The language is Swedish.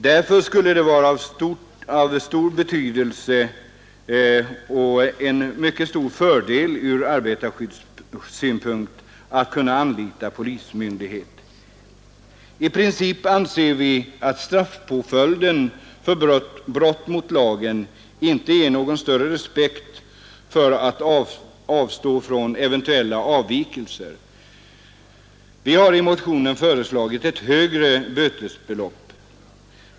Därför vore det av stor betydelse och till stor fördel ur arbetarskyddssynpunkt att också kunna anlita polismyndighet. I princip anser vi att straffpåföljden för brott mot lagen inte inger någon respekt för att avstå från eventuella avvikelser. Vi har i motionen föreslagit ett högre bötesbelopp.